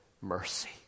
mercy